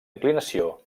inclinació